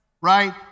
right